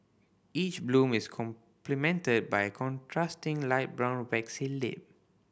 each bloom is complemented by a contrasting light brown waxy lip